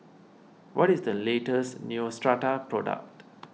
what is the latest Neostrata product